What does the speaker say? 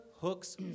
hooks